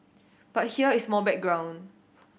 but here is more background